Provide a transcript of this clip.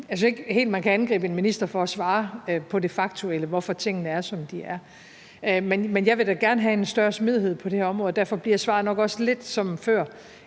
at man kan angribe en minister for at svare på det faktuelle, altså på, hvorfor tingene er, som de er, men jeg vil da gerne have en større smidighed på det her område, og derfor bliver svaret nok også lidt som før,